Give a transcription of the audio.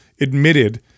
admitted